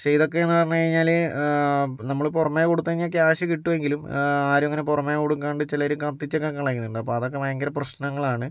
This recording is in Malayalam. പക്ഷെ ഇതൊക്കെ എന്നു പറഞ്ഞു കഴിഞ്ഞാൽ നമ്മള് പുറമേ കൊടുത്തു കഴിഞ്ഞാൽ ക്യാഷ് കിട്ടുമെങ്കിലും ആരും അങ്ങനെ പുറമേ കൊടുക്കാണ്ട് ചിലർ കത്തിച്ചൊക്കെ കളയുന്നുണ്ട് അപ്പോൾ അതൊക്കെ ഭയങ്കര പ്രശ്നങ്ങളാണ്